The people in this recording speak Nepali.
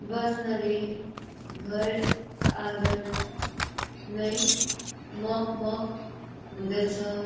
वासनाले घर आगन नै मगमग हुँदछ